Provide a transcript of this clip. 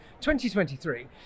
2023